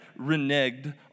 reneged